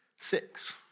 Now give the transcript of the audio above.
six